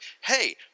hey